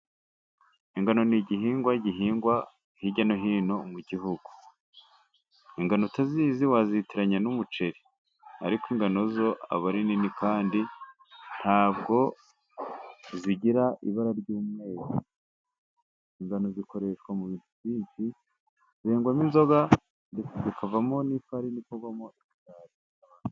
Ingano ni igihingwa gihingwa hirya no hino mu gihugu, ingano utazizi wazitiranya n'umuceri, ariko ingano zo aba ari nini kandi ntabwo zigira ibara ry'umweru, ingano zikoreshwa mu bintu byinshi: zengwamo inzoga ndetse zikavamo n'ifarini ikorwamo imigati.